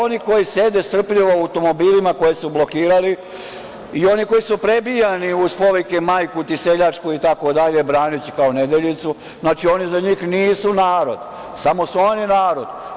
Oni koji sede strpljivo u automobilima koje su blokirali i oni koji su prebijani uz povike: „Majku ti seljačku“ itd, braneći kao Nedeljicu, znači, oni za njih nisu narod, samo su oni narod.